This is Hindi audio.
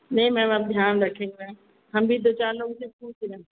नहीं मैम अब ध्यान रखेंगे मैम हम भी दो चार लोगों से पूछ रहें